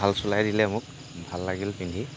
ভাল চোলাই দিলে মোক ভাল লাগিল পিন্ধি